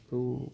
खौ